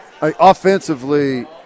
offensively –